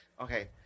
Okay